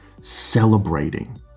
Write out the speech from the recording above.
celebrating